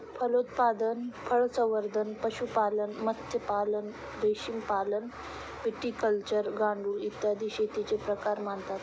फलोत्पादन, फळसंवर्धन, पशुपालन, मत्स्यपालन, रेशीमपालन, व्हिटिकल्चर, गांडूळ, इत्यादी शेतीचे प्रकार मानतात